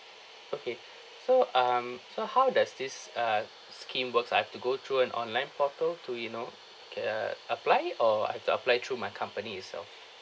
okay so um so how does this uh scheme works I've to go through an online portal to you know err apply or I've to apply through my company itself